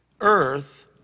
earth